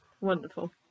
Wonderful